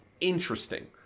interesting